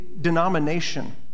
denomination